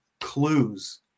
clues